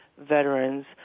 veterans